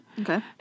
Okay